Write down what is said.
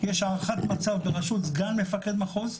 יש הערכת מצב בראשות סגן מפקד מחוז,